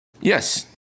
yes